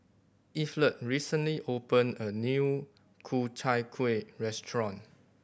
Evette recently opened a new Ku Chai Kuih restaurant